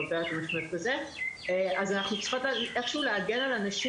אז אנחנו צריכות איכשהו להגן על הנשים